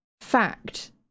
fact